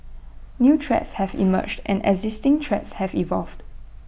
new threats have emerged and existing threats have evolved